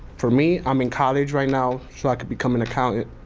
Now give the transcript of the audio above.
for me, i'm in college right now so i can become an accountant.